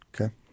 Okay